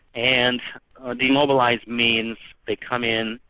and demobilise means they come in,